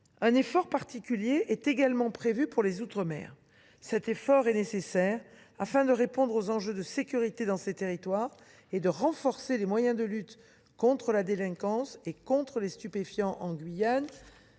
un effort particulier est prévu pour les outre mer. Il est nécessaire pour répondre aux enjeux de sécurité dans ces territoires et renforcer les moyens de lutte contre la délinquance et contre les stupéfiants en Guyane,